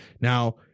now